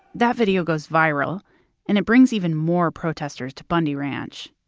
that video goes viral and it brings even more protesters to bundy ranch.